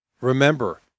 remember